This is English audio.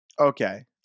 Okay